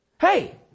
Hey